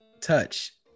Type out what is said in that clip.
touch